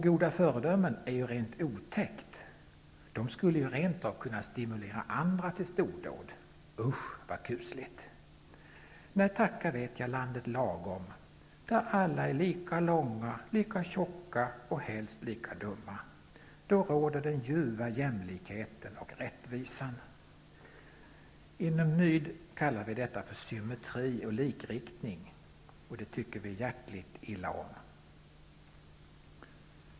Goda föredömen är ju rent otäcka. De skulle rent av kunna stimulera andra till stordåd. Usch vad kusligt! Nej, tacka vet jag landet Lagom, där alla är lika långa, lika tjocka och helst lika dumma. Då råder den ljuva jämlikheten och rättvisan. Inom Ny demokrati kallar vi detta för symmetri och likriktning. Och det tycker vi hjärtligt illa om.